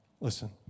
Listen